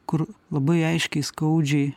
kur labai aiškiai skaudžiai